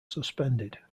suspended